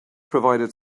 provided